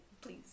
please